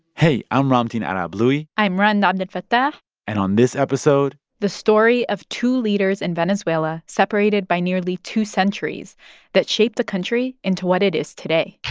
hey, i'm ramtin arablouei i'm rund um abdelfatah but and on this episode. the story of two leaders in venezuela separated by nearly two centuries that shaped the country into what it is today